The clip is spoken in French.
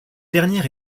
dernière